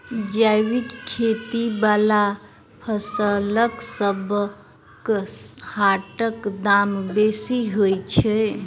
जैबिक खेती बला फसलसबक हाटक दाम बेसी होइत छी